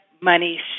money